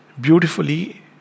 beautifully